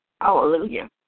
Hallelujah